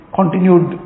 continued